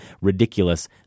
ridiculous